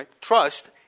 trust